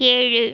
ஏழு